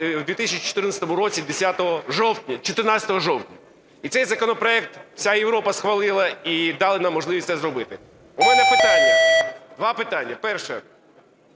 в 2014 році 14 жовтня. І цей законопроект вся Європа схвалила і дали нам можливість це зробити. У мене два питання. Перше.